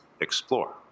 explore